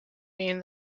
being